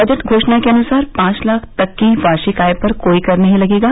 budget घोषणा के अनुसार पांच लाख तक की वार्षिक आय पर कोई कर नहीं लगेगा